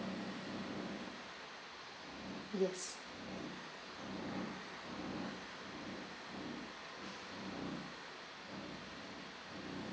yes